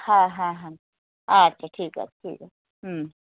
হ্যাঁ হ্যাঁ হ্যাঁ আচ্ছা ঠিক আছে ঠিক আছে হুম